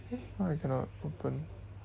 eh why I cannot open